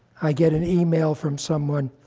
i get an email from someone